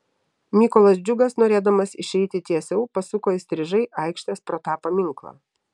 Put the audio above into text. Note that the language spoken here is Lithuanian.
mykolas džiugas norėdamas išeiti tiesiau pasuko įstrižai aikštės pro tą paminklą